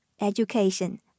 education